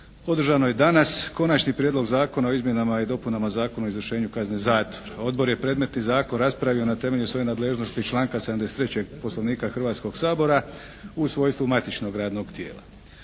održanoj danas Konačni prijedlog zakona o izmjenama i dopunama Zakona o izvršenju kazne zatvora. Odbor je predmetni zakon raspravio na temelju svoje nadležnosti iz članka 73. Poslovnika Hrvatskoga sabora u svojstvu matičnog radnog tijela.